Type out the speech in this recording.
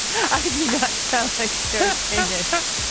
i do not sound like sarah koenig.